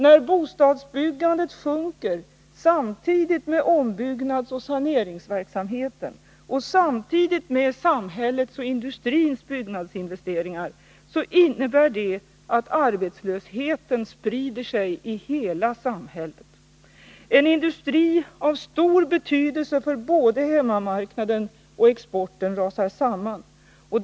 När bostadsbyggandet sjunker samtidigt med ombyggnadsoch saneringsverksamheten och samtidigt med samhällets och industrins byggnadsinvesteringar, så innebär det att arbetslösheten sprider sig i hela samhället. En industri av stor betydelse för både hemmamarknaden och exporten rasar samman.